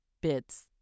bits